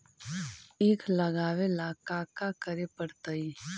ईख लगावे ला का का करे पड़तैई?